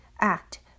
Act